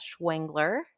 Schwengler